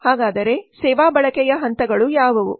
ಹಾಗಾದರೆ ಸೇವಾ ಬಳಕೆಯ ಹಂತಗಳು ಯಾವುವು